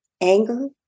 anger